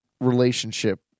relationship